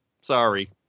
Sorry